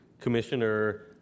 Commissioner